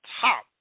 top